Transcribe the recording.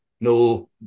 no